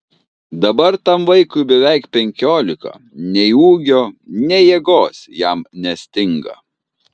dabar tam vaikui beveik penkiolika nei ūgio nei jėgos jam nestinga